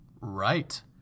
Right